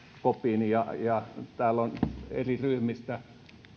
kopin kun täällä on eri ryhmistä